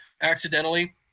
accidentally